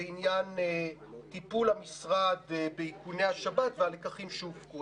לעניין טיפול המשרד בעדכוני השב"כ והלקחים שהופקו.